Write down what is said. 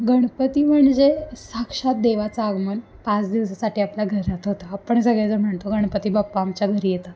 गणपती म्हणजे साक्षात देवाचं आगमन पाच दिवसासाठी आपल्या घरात होतं आपण सगळे जर म्हणतो गणपती बाप्पा आमच्या घरी येतात